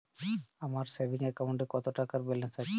আমার সেভিংস অ্যাকাউন্টে কত টাকা ব্যালেন্স আছে?